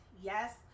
Yes